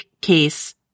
case